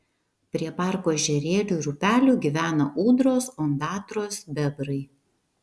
prie parko ežerėlių ir upelių gyvena ūdros ondatros bebrai